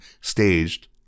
staged